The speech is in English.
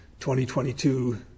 2022